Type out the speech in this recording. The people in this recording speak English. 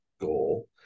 goal